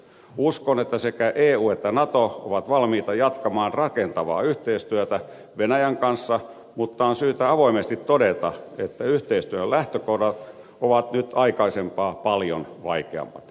uskon että sekä eu että nato ovat valmiita jatkamaan rakentavaa yhteistyötä venäjän kanssa mutta on syytä avoimesti todeta että yhteistyön lähtökohdat ovat nyt aikaisempaa paljon vaikeammat